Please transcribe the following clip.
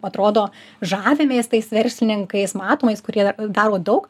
atrodo žavimės tais verslininkais matomais kurie daro daug